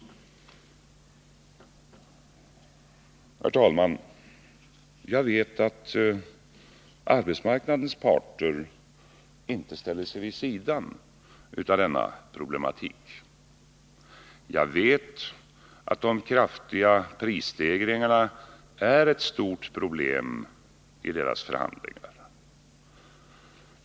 Herr talman! Jag vet att arbetsmarknadens parter inte ställer sig vid sidan av denna problematik. Jag vet att de kraftiga prisstegringarna är ett stort problem i deras förhandlingar.